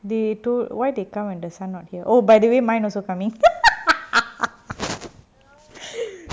they told why they come when the sun not here oh by the way mine also coming